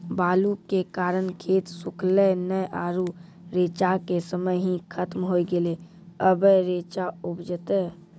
बालू के कारण खेत सुखले नेय आरु रेचा के समय ही खत्म होय गेलै, अबे रेचा उपजते?